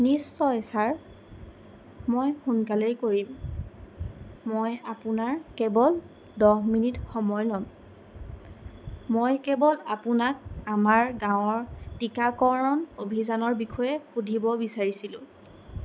নিশ্চয় ছাৰ মই সোনকালেই কৰিম মই আপোনাৰ কেৱল দহ মিনিট সময় ল'ম মই কেৱল আপোনাক আমাৰ গাঁৱৰ টীকাকৰণ অভিযানৰ বিষয়ে সুধিব বিচাৰিছিলোঁ